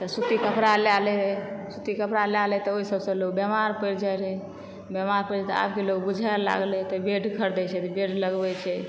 तऽ सूती कपड़ा लेए लै सूती कपड़ा लेए लै तऽ ओइ सबसऽ लोग बेमार पड़ि जाइ रहै बेमार पड़ै तऽ आबके लोग बुझए लागलै तऽ बेड खरिदै छै तऽ बेड लगबै छै